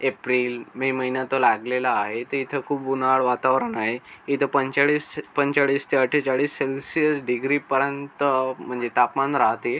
April May महिना तर लागलेला आहे ते इथं खूप उन्हाळ वातावरण आहे इथं पंचाळीस पंचाळीस ते अठ्ठेचाळीस सेल्सिअस डिग्रीपर्यंत म्हणजे तापमान राहते